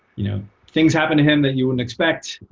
you know things happen to him that you wouldn't expect.